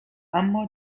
اما